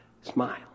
smile